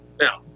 Now